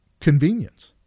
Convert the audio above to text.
convenience